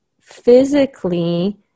physically